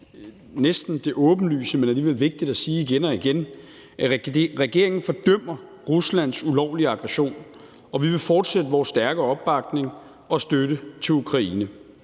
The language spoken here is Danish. næsten åbenlyst, men alligevel vigtigt at sige igen og igen – at regeringen fordømmer Ruslands ulovlige aggression, og vi vil fortsætte vores stærke opbakning og støtte til Ukraine.